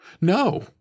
No